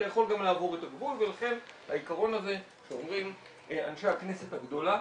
יכול גם לעבור את הגבול ולכן העיקרון הזה שאומרים אנשי הכנסת הגדולה